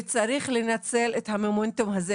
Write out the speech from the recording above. וצריך לנצל את המומנטום הזה,